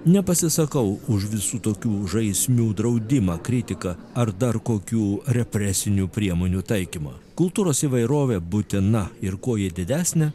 nepasisakau už visų tokių žaismių draudimą kritiką ar dar kokių represinių priemonių taikymą kultūros įvairovė būtina ir kuo ji didesnė